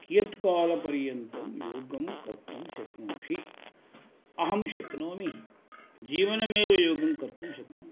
कियत् कालपर्यन्तं योगं कर्तुं शक्नोषि अहं शक्नोमि जीवनमेव योगं कर्तुं शक्नोमि